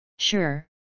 Sure